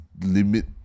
limit